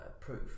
proof